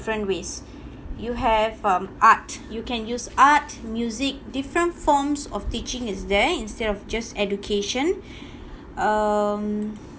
different ways you have from art you can use art music different forms of teaching is there instead of just education um